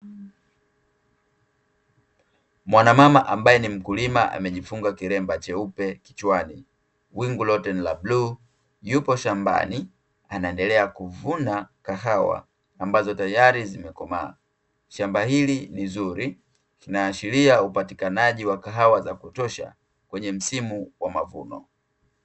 Mwanamama ambaye ni mkulima amejifunga kilemba cheupe kichwani, wingu lote ni la bluu, yupo shambani anaendelea kuvuna kahawa, ambazo tayari zimekomaa. Shamba hili ni zuri, linaashiria upatikanaji wa kahawa za kutosha kwenye msimu wa mavuno.